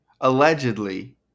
allegedly